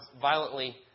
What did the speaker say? violently